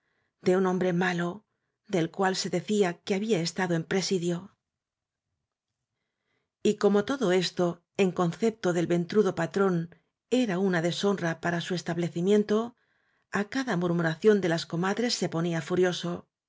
de un hombre malo del cual se decía que había estado en presidio y como todo esto en concepto del ventrudo patrón era una deshonra para su estableci miento á cada murmuración de las comadres se ponía furioso